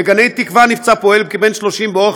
בגני-תקווה נפצע פועל כבן 30 באורח